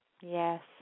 Yes